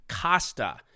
Costa